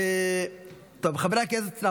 חברי הכנסת,